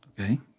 Okay